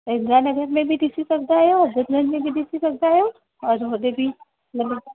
भई इंद्रा नगर में बि ॾिसी सघंदा आहियो हिननि में बि ॾिसी सघंदा आहियो और ओॾे बि